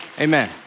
Amen